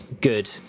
good